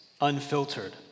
Unfiltered